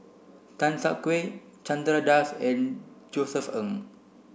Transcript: Tan Siak Kew Chandra Das and Josef Ng